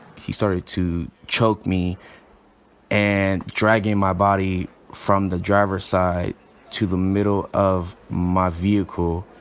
he started to choke me and dragging my body from the driver's side to the middle of my vehicle.